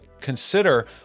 consider